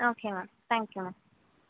okay ma'am thank you ma'am